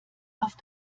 auf